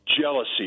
jealousy